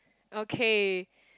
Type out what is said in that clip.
okay